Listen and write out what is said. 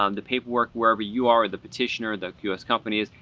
um the paperwork wherever you are, or the petitioner, the us company is,